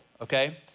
okay